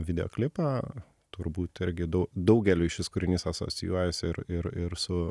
videoklipą turbūt irgi du daugeliui šis kūrinys asocijuojasi ir ir ir su